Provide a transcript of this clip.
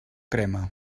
crema